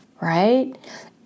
right